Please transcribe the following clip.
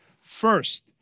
First